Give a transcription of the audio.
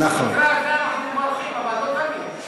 במקרה הזה אנחנו מברכים, אבל לא תמיד.